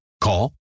Call